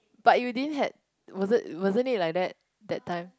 but you didn't had was it wasn't it like that that time